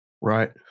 Right